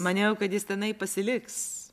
maniau kad jis tenai pasiliks